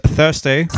Thursday